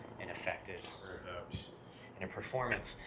and effected or evoked in a performance.